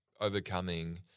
overcoming